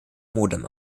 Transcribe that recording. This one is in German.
modem